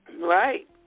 Right